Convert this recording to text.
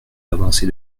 l’avancée